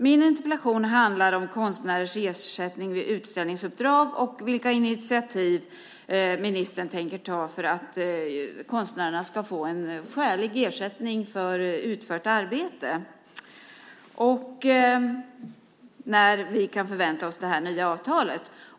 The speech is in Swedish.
Min interpellation handlar om konstnärers ersättning vid utställningsuppdrag, vilka initiativ ministern tänker ta för att konstnärerna ska få en skälig ersättning för utfört arbete och när vi kan förvänta oss det här nya avtalet.